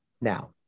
now